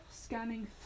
scanning